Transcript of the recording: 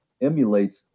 emulates